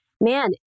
man